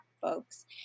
folks